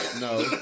No